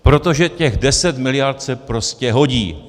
Protože těch 10 miliard se prostě hodí.